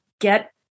get